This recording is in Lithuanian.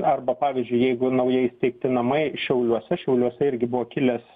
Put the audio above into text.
arba pavyzdžiui jeigu naujai įsteigti namai šiauliuose šiauliuose irgi buvo kilęs